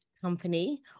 company